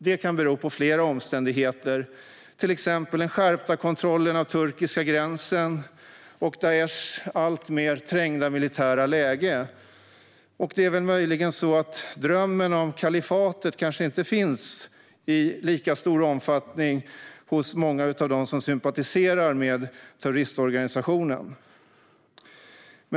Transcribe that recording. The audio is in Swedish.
Detta kan bero på flera omständigheter, till exempel den skärpta kontrollen av den turkiska gränsen och Daishs alltmer trängda militära läge. Det är möjligen också så att drömmen om kalifatet inte längre finns i lika stor omfattning hos många av dem som sympatiserar med denna terroristorganisation.